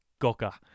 Goka